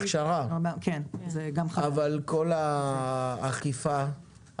הכשרה, אבל כל האכיפה?